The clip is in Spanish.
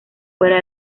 fuera